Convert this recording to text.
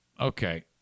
Okay